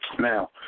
Now